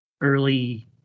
early